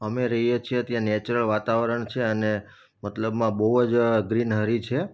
અમે રહીએ છીએ ત્યાં નૅચરલ વાતાવરણ છે અને મતલબમાં બહુ જ ગ્રીનહરિ છે